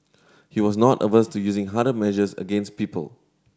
he was not averse to using harder measures against people